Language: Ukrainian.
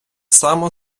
само